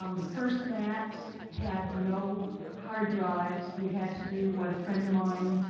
um the first macs had no hard drives. you had to do what a friend of mine